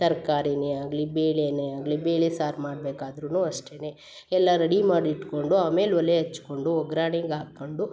ತರ್ಕಾರಿಯೇ ಆಗಲಿ ಬೇಳೆಯೇ ಆಗಲಿ ಬೇಳೆ ಸಾರು ಮಾಡ್ಬೇಕಾದರೂನು ಅಷ್ಟೆನೆ ಎಲ್ಲ ರೆಡಿಪ ಮಾಡಿ ಇಟ್ಕೊಂಡು ಆಮೇಲೆ ಒಲೆ ಹಚ್ಕೊಂಡು ಒಗ್ರಣೆಗೆ ಹಾಕ್ಕಂಡು